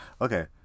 okay